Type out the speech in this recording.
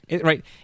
Right